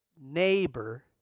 neighbor